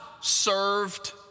served